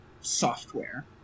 software